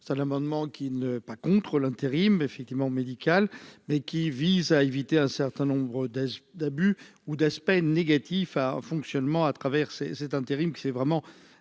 ça l'amendement qui ne pas contre l'intérim effectivement médicale mais qui vise à éviter un certain nombre d'abus ou d'aspects négatifs à fonctionnement à travers cet intérim qui s'est vraiment